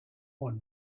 one